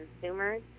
consumers